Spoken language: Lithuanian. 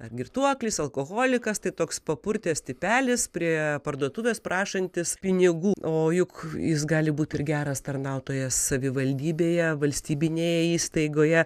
ar girtuoklis alkoholikas tai toks papurtęs tipelis prie parduotuvės prašantis pinigų o juk jis gali būti ir geras tarnautojas savivaldybėje valstybinėje įstaigoje